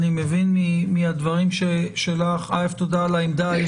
א', תודה על העמדה.